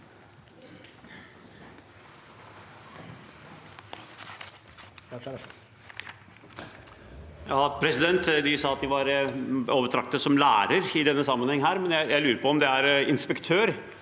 Presidenten sa at han var å betrakte som lærer i denne sammenhengen, men jeg lurer på om inspektør,